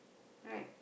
right